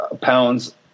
pounds